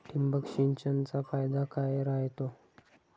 ठिबक सिंचनचा फायदा काय राह्यतो?